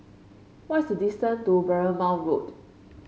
what's the distance to Bournemouth Road